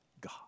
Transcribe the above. God